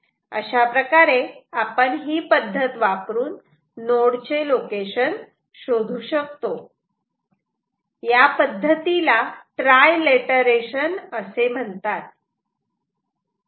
अशाप्रकारे आपण ही पद्धत वापरून नोड चे लोकेशन शोधू शकतो या पद्धतीला ट्रायलेटरेशन असे म्हणतात